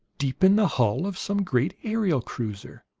deep in the hull of some great aerial cruiser,